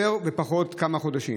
יותר ופחות כמה חודשים.